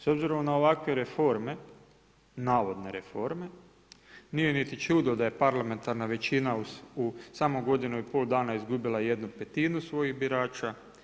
S obzirom na ovakve reforme navodne reforme nije niti čudno da je parlamentarna većina u samo godinu i pol dana izgubila 1/5 svojih birača.